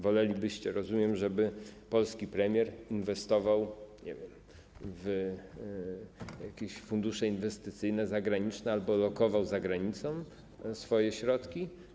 Wolelibyście, rozumiem, żeby polski premier inwestował w jakieś fundusze inwestycyjne zagraniczne albo lokował za granicą swoje środki?